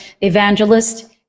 evangelist